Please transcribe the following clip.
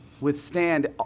withstand